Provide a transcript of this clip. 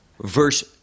Verse